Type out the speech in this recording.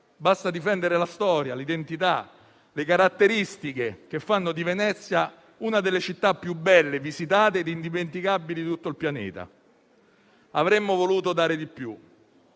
basta difendere la storia, l'identità e le caratteristiche che fanno di Venezia una delle città più belle, indimenticabili e visitate di tutto il Pianeta. Avremmo voluto dare di più.